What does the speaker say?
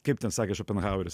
kaip ten sakė šopenhaueris